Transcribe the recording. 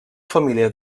família